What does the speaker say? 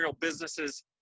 businesses